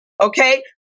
okay